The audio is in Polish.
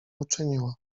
uczyniła